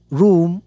room